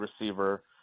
receiver